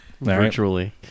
Virtually